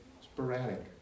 sporadic